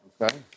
Okay